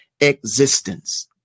existence